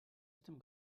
estem